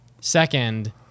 Second